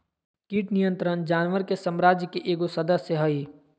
कीट नियंत्रण जानवर के साम्राज्य के एगो सदस्य हइ